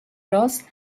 ross